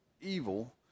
evil